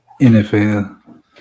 NFL